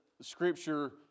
scripture